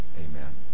amen